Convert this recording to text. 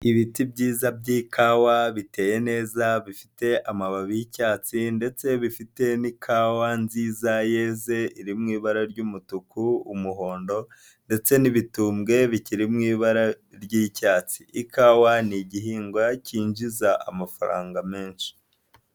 Ibiti byiza by'ikawa biteye neza, bifite amababi y'icyatsi ndetse bifite n'ikawa nziza yeze iri mu ibara ry'umutuku, umuhondo ndetse n'ibitumbwe bikiri mu ibara ry'icyatsi, ikawa ni igihingwa kinjiza amafaranga menshi.